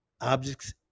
objects